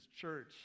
church